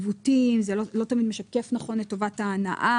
עיוותים, זה לא תמיד משקף נכון את טובת ההנאה,